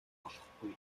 болохгүй